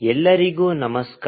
ಎಲ್ಲರಿಗೂ ನಮಸ್ಕಾರ